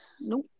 Nope